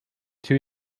two